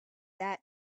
that